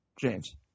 James